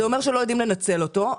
זה אומר שלא יודעים לנצל אותו.